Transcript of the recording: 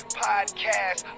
podcast